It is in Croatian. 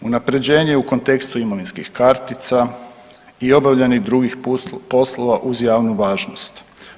Unaprjeđenje u kontekstu imovinskih kartica i obavljanje drugih poslova uz javnu važnost.